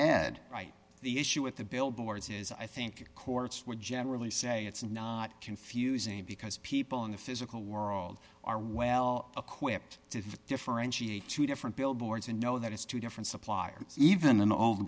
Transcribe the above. ed right the issue with the billboards is i think courts would generally say it's not confusing because people in the physical world are well equipped to differentiate two different billboards and know that it's two different suppliers even